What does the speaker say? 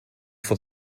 for